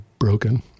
broken